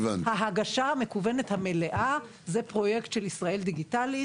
ההגשה המקוונת המלאה זה פרויקט של "ישראל דיגיטלית",